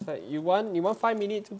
it's like you 玩你玩 five minute 就